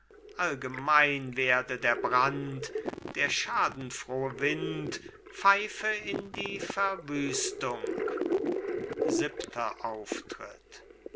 allgemein werde der brand der schadenfrohe wind pfeife in die verwüstung siebenter auftritt